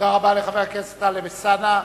תודה רבה לחבר הכנסת טלב אלסאנע.